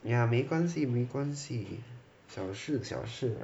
!aiya! 没关系没关系小事小事